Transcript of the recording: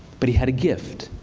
but he had a gift.